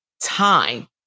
time